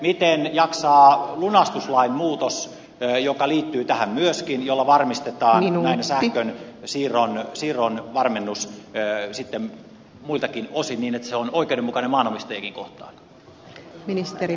miten jaksaa lunastuslain muutos joka myöskin liittyy tähän ja jolla varmistetaan näin sähkönsiirron varmennus muiltakin osin niin että se on oikeudenmukainen maanomistajiakin kohtaan